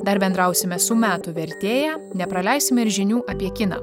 dar bendrausime su metų vertėja nepraleisime ir žinių apie kiną